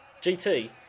GT